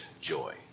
joy